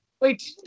Wait